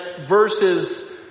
verses